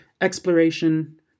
exploration